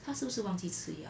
她是不是忘记吃药